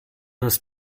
das